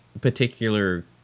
particular